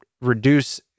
reduce